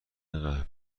قهوه